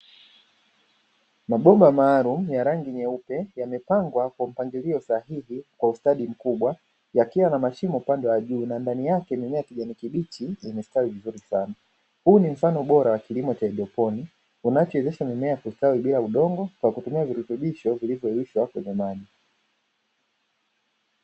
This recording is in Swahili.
Mabomba maalumu yenye rangi nyeupe, yamepangwa kwa mpangilio sahihi kwa ustadi mkubwa, yakiwa na mashimo upande wa juu na mimea ndani yake ya kijani kibichi imestawi vizuri sana. Huu ni mfano bora wa kilimo cha haidroponi, kinachowezesha mimea kustawi bila udongo kwa kutumia virutubisho vilivyoyeyushwa kwenye maji.